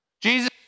Jesus